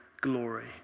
glory